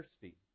thirsty